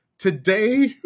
Today